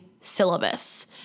syllabus